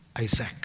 Isaac